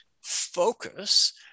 focus